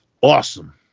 awesome